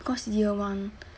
because year one